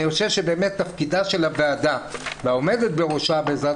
אני חושב שתפקידה של הוועדה והעומדת בראשה בעזרת